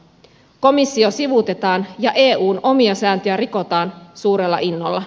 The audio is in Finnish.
komissio sivuutetaan ja eun omia sääntöjä rikotaan suurella innolla